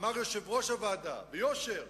אמר יושב-ראש הוועדה ביושר